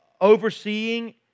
overseeing